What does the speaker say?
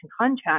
contract